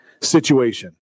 situation